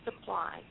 supply